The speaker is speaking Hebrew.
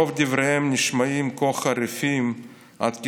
רוב דבריהם נשמעים כה חריפים עד כי